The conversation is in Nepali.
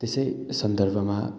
त्यसै सन्दर्भमा